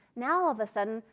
now, all of a sudden,